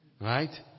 Right